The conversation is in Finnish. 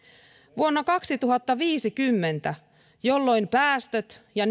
vuonna kaksituhattaviisikymmentä jolloin päästöjen ja